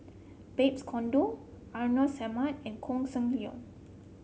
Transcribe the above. Babes Conde Hartinah Ahmad and Koh Seng Leong